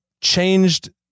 changed